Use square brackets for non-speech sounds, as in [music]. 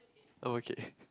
I'm okay [laughs]